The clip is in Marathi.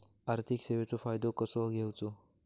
आर्थिक सेवाचो फायदो कसो घेवचो?